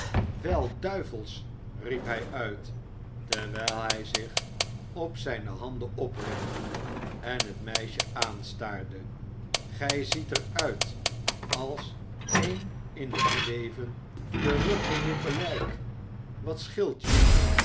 wel duivelsch riep hij uit terwijl hij zich op zijne handen oprichtte en het meisje aanstaarde gij ziet er uit als een in het leven teruggeroepen lijk wat scheelt je